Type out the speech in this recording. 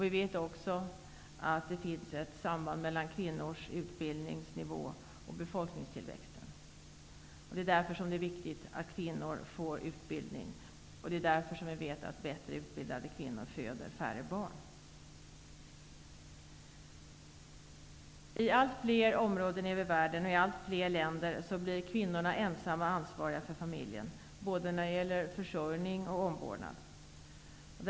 Vi vet också att det finns ett samband mellan kvinnors utbildningsnivå och befolkningstillväxten. Det är därför som det är viktigt att kvinnor får utbildning, och det är därför som vi vet att bättre utbildade kvinnor föder färre barn. I allt fler länder i världen blir kvinnorna ensamma ansvariga för familjen, både när det gäller försörjningen och när det gäller omvårdnaden.